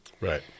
Right